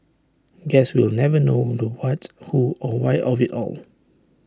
guess we'll never know the what who or why of IT all